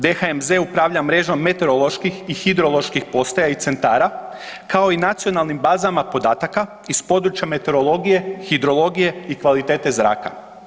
DHMZ upravlja mrežom meteoroloških i hidroloških postaja i centara, kao i nacionalnim bazama podataka iz područja meteorologije, hidrologije i kvalitete zraka.